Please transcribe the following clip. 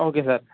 okay sir